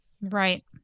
Right